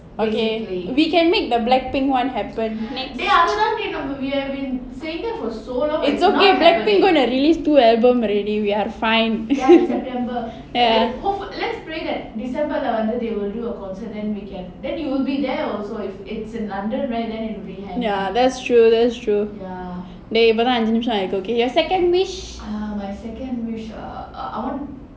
okay we can make the blackpink [one] happen it's okay blackpink gonna release two albums already we are fine ya ya that's true that's true dey இப்போதான் அஞ்சு நிமிஷம் ஆயிடுச்சு:ippothaan anju nimisham aayiduchu your second wish